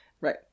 Right